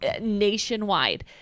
nationwide